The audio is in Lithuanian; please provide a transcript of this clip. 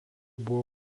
buvo